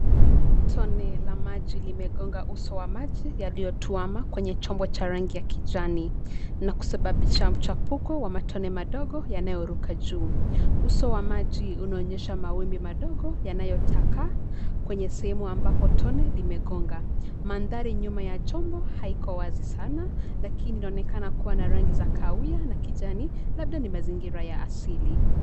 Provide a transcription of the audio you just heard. Tone la maji limegonga uso wa maji yaliyotuama kwenye chombo cha rangi ya kijani, na kusababisha mchapuko wa matone madogo yanayoruka juu. Uso wa maji unaonyesha mawimbi madogo yanayotaka kwenye sehemu ambapo tone limegonga .Mandhari nyuma ya chombo haiko wazi sana lakini inaonekana kuwa na rangi za kawia na kijani labda ni mazingira ya asili.